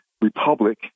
republic